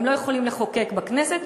הם לא יכולים לחוקק בכנסת,